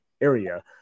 area